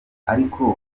ariko